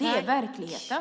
Det är verkligheten.